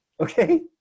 okay